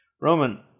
Roman